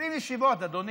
20 ישיבות, אדוני,